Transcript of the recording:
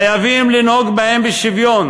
חייבים לנהוג בהם שוויון,